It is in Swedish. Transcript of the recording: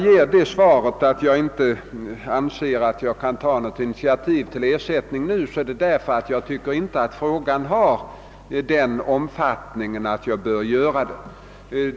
När jag svarat att jag inte anser att jag nu kan ta något initiativ till ersättning, så är det för att jag tycker att denna fråga inte är av den omfattningen att jag bör göra det.